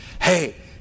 Hey